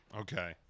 Okay